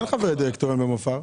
אין חברי דירקטוריון במפא"ר.